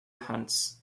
hunts